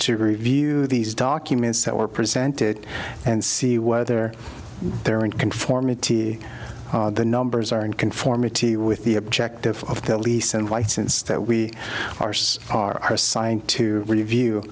to review these documents that were presented and see whether there in conformity the numbers are in conformity with the objective of the lease and white since that we are so are assigned to review